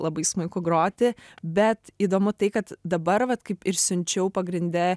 labai smuiku groti bet įdomu tai kad dabar vat kaip ir siunčiau pagrinde